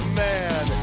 man